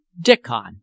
Dickon